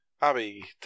Abby